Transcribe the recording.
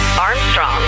Armstrong